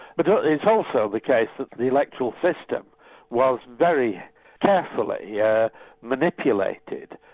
but it's also the case that the electoral system was very carefully yeah manipulated.